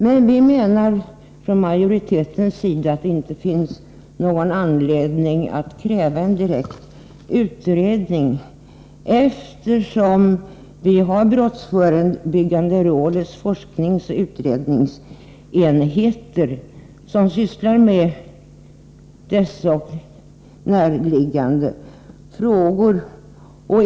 Men vi menar från majoritetens sida att det inte finns någon anledning att direkt kräva en utredning, eftersom BRÅ:s forskningsoch utredningsenheter sysslar med dessa och närliggande frågor.